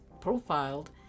profiled